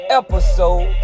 episode